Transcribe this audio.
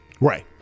Right